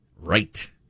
Right